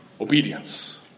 Obedience